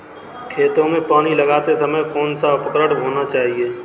खेतों में पानी लगाते समय कौन सा उपकरण होना चाहिए?